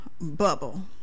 bubble